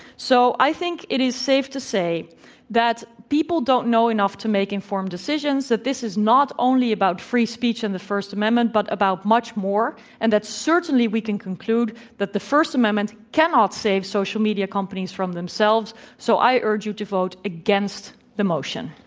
so, i think it is safe to say that people don't know enough to make informed decisions that this is not only about free speech and the first amendment, but about much more and that certainly we can conclude that the first amendment cannot save social media companies from themselves. so, i urge you to vote against the motion.